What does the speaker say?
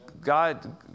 God